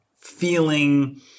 feeling –